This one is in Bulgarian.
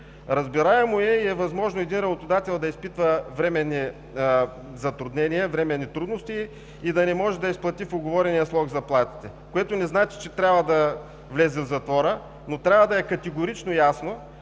Разбираемо и възможно е един работодател да изпитва временни затруднения, временни трудности и да не може да изплати в уговорения срок заплатите, което не значи, че трябва да влезе в затвора, но трябва да е категорично ясно,